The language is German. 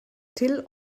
till